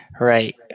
Right